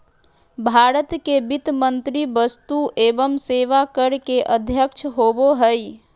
भारत के वित्त मंत्री वस्तु एवं सेवा कर के अध्यक्ष होबो हइ